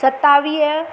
सतावीह